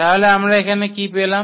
তাহলে আমরা এখন কি পেলাম